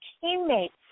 teammates